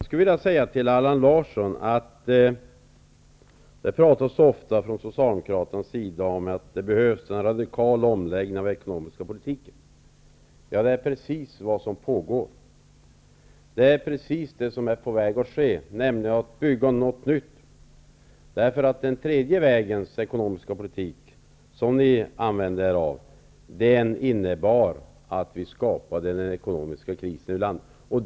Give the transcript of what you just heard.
Herr talman! Till Allan Larsson vill jag säga att det ofta från socialdemokraterna talas om att det behövs en radikal omläggning av den ekonomiska politiken. Det är precis vad som pågår och som är på väg att ske, nämligen att bygga någonting nytt. Den tredje vägens ekonomiska politik, som ni använde er av, innebar att ni skapade den ekonomiska krisen i landet.